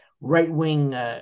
right-wing